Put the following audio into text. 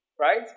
Right